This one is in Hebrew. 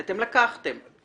כי אתם לקחתם לה.